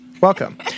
Welcome